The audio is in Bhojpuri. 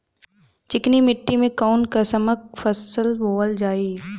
चिकनी मिट्टी में कऊन कसमक फसल बोवल जाई?